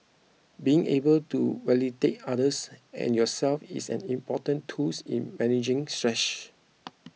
being able to validate others and yourself is an important tools in managing stress